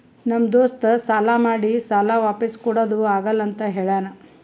ನಮ್ ದೋಸ್ತ ಸಾಲಾ ಮಾಡಿ ಸಾಲಾ ವಾಪಿಸ್ ಕುಡಾದು ಆಗಲ್ಲ ಅಂತ ಹೇಳ್ಯಾನ್